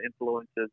influences